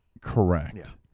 Correct